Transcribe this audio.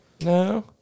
No